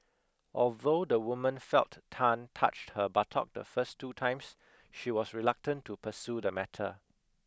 although the woman felt Tan touched her buttock the first two times she was reluctant to pursue the matter